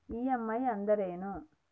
EMI ಅಂದ್ರೇನು?